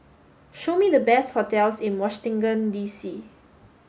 show me the best hotels in Washington D C